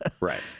Right